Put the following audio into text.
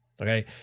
Okay